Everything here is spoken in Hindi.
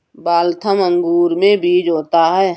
वाल्थम अंगूर में बीज होता है